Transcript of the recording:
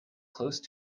close